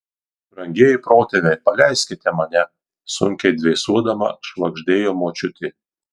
brangieji protėviai paleiskite mane sunkiai dvėsuodama švagždėjo močiutė